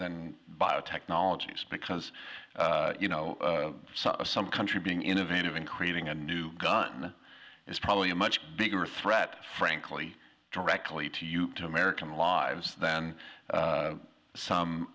than biotechnologies because you know some country being innovative in creating a new gun is probably a much bigger threat frankly directly to you to american lives than some